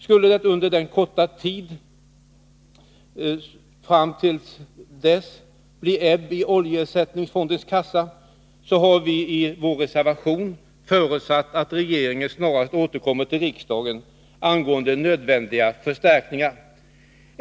Skulle det under den korta tiden fram till dess bli ebb i oljeersättningsfondens kassa, har vi i vår reservation förutsatt att regeringen snarast återkommer till riksdagen angående nödvändiga förstärkningar.